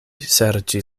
serĉi